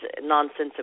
nonsensical